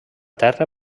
terra